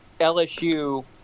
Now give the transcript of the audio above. LSU